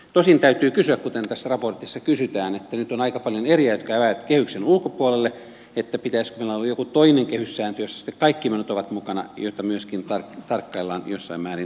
tosin täytyy kysyä kuten tässä raportissa kysytään että kun nyt on aika paljon eriä jotka jäävät kehyksen ulkopuolelle niin pitäisikö meillä olla joku toinen kehyssääntö jossa sitten ovat mukana kaikki menot joita myöskin tarkkaillaan jossain määrin tehokkaammin